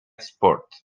sport